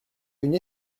une